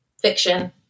Fiction